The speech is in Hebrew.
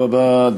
תודה רבה.